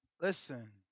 listen